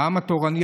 העם התורני,